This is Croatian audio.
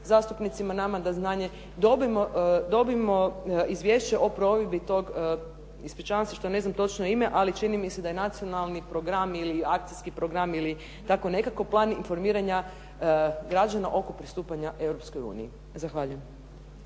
zastupnicima nama na znanje dobijemo izvješće o provedbi tog, ispričavam se što ne znam točno ime, ali čini mi se da je nacionalni program ili akcijski program ili tako nekako, plan informiranja građana oko pristupanja Europskoj uniji. Zahvaljujem.